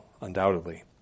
undoubtedly